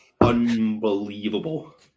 unbelievable